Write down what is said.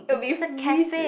will be freeze